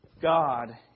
God